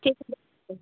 ठीक है नमस्ते